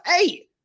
eight